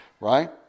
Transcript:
right